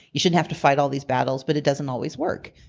you shouldn't have to fight all these battles, but it doesn't always work.